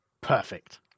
Perfect